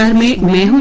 um me me